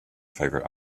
favorite